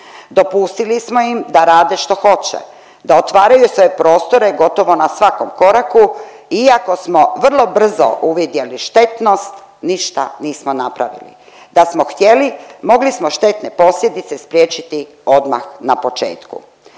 Dopustili smo im da rade što hoće, da otvaraju svoje prostore gotovo na svakom koraku iako smo vrlo brzo uvidjeli štetnost ništa nismo napravili. Da smo htjeli mogli smo štetne posljedice spriječiti odmah na početku.